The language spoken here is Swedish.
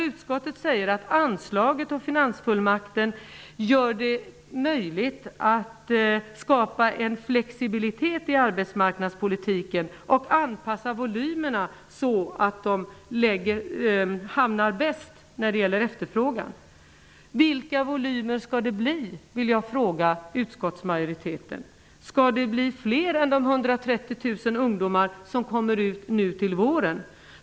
Utskottet säger att anslaget i finansfullmakten gör det möjligt att skapa en flexibilitet i arbetsmarknadspolitiken och anpassa volymerna så att de hamnar på bäst nivå när det gäller efterfrågan. Jag vill fråga utskottsmajoriteten vilka volymer det skall bli. Skall det blir fler än de 130 000 ungdomar som kommer ut nu till våren?